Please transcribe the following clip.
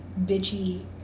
bitchy